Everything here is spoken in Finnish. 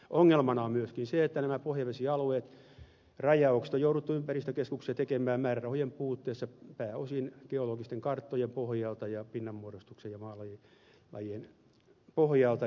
ongelmana on myöskin se että näiden pohjavesialueiden rajaukset on jouduttu ympäristökeskuksessa tekemään määrärahojen puutteessa pääosin geologisten karttojen pinnanmuodostuksen ja maalajien pohjalta